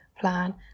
plan